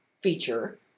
feature